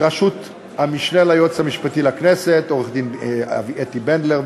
בראשות המשנה ליועץ המשפטי לכנסת עורכת-הדין אתי בנדלר,